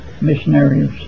missionaries